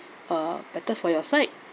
uh better for your side